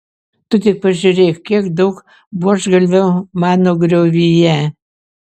tu tik pažiūrėk kiek daug buožgalvių mano griovyje